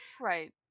Right